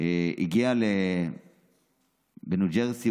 הגיע לניו ג'רזי.